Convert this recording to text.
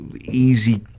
easy